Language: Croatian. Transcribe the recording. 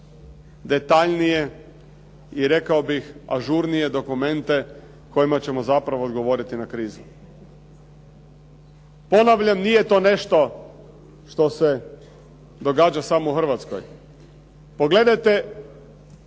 detaljnije i rekao bih ažurnije dokumente kojima ćemo zapravo odgovoriti na krizu. Ponavljam, nije to nešto što se događa samo u Hrvatskoj. Pogledajte